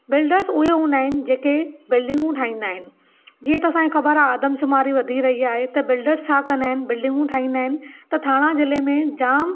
builders उहे हूंदा आइन जेके बिल्डिंगु ठाईंदा आइन जीअं त असांखे ख़बर आहे आदमशुमारी वधी रही आहे त बिल्डर्स छा कंदा आहिनि बिल्डिंगयूं ठाहींदा आहिनि त ठाणा जिले मे जाम